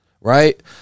Right